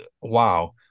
wow